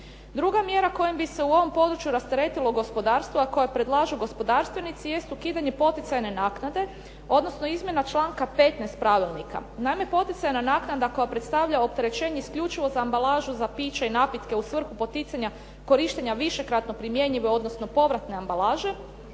Druga mjera kojom bi se u ovom području rasteretilo gospodarstvo, a koju predlažu gospodarstvenici jest ukidanje poticajne naknade odnosno izmjena članka 15. Pravilnika. Naime, poticajna naknada koja predstavlja opterećenje isključivo za ambalažu za piće i napitke u svrhu poticanja korištenja višekratno primjenjive odnosno povratne ambalaže,